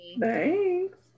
thanks